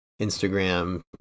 Instagram